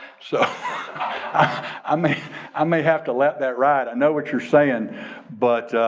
so i mean i may have to let that ride. i know what you're saying but